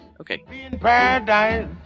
Okay